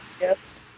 Yes